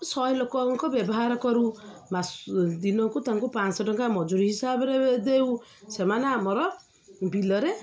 ଶହେ ଲୋକଙ୍କ ବ୍ୟବହାର କରୁ ଦିନକୁ ତାଙ୍କୁ ପାଞ୍ଚଶହ ଟଙ୍କା ମଜୁରି ହିସାବରେ ଦେଉ ସେମାନେ ଆମର ବିଲରେ